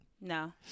No